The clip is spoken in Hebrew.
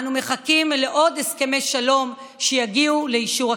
אנו מחכים לעוד הסכמי שלום שיגיעו לאישור הכנסת.